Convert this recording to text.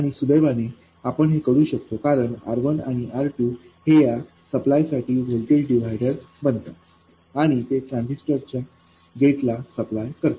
आणि सुदैवाने आपण हे करू शकतो कारण R1आणि R2 हे या सप्लाय साठी व्होल्टेज डिव्हायडर बनवतात आणि ते ट्रांझिस्टर च्या गेट ला सप्लाय करते